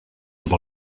amb